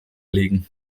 legen